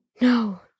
No